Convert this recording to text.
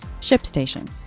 ShipStation